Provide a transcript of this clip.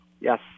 Yes